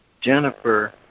Jennifer